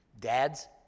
Dads